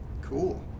Cool